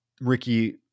Ricky